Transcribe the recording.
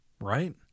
Right